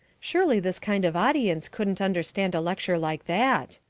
surely this kind of audience couldn't understand a lecture like that!